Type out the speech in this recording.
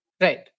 Right